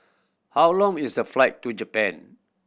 how long is the flight to Japan